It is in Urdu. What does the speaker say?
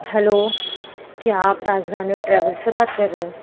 ہلو کیا آپ راجدھانی ٹریول سے بات کر رہے ہیں